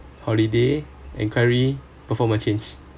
holiday inquiry perform a change